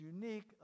unique